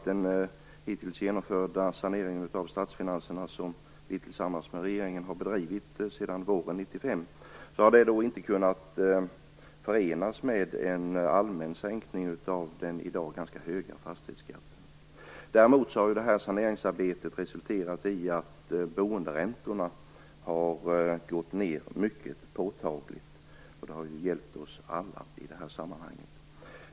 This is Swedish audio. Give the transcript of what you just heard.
Den hittills genomförda saneringen av statsfinanserna som vi tillsammans med regeringen har bedrivit sedan våren 1995 har inte kunnat förenas med en allmän sänkning av den i dag ganska höga fastighetsskatten. Däremot har saneringsarbetet resulterat i att boenderäntorna har sjunkit mycket påtagligt, och det har ju hjälpt oss alla i detta sammanhang.